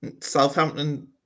Southampton